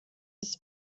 his